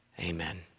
Amen